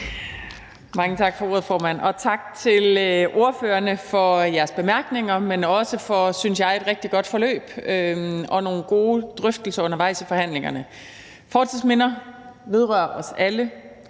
Mange tak for ordet, formand, og tak til ordførerne for jeres bemærkninger, men også for, synes jeg, et rigtig godt forløb og nogle gode drøftelser undervejs i forhandlingerne. Fortidsminder vedrører os alle.